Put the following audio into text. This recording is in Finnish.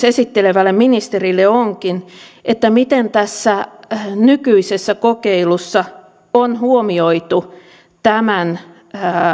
esittelevälle ministerille onkin miten tässä nykyisessä kokeilussa on huomioitu tämän